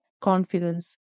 confidence